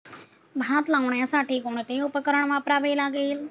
भात लावण्यासाठी कोणते उपकरण वापरावे लागेल?